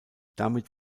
damit